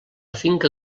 finca